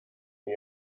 but